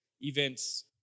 events